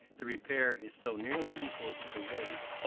the repair is so nearly equal to the waste,